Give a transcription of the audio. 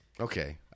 Okay